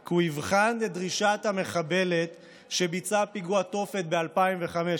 כי הוא יבחן את דרישת המחבלת שביצעה פיגוע תופת ב-2015,